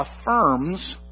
affirms